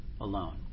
alone